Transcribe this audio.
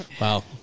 Wow